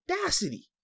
audacity